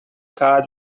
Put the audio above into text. card